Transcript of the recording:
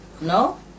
No